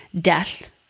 death